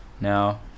now